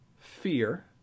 fear